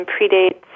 predates